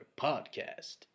Podcast